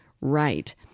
right